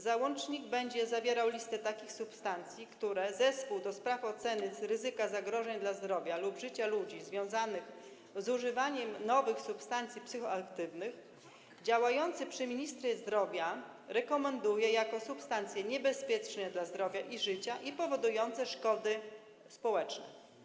Załącznik będzie zawierał listę substancji, które zespół do spraw oceny ryzyka zagrożeń dla zdrowia lub życia ludzi związanych z używaniem nowych substancji psychoaktywnych działający przy ministrze zdrowia rekomenduje jako substancje niebezpieczne dla zdrowia i życia i powodujące szkody społeczne.